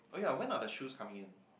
oh ya when are the shoes coming in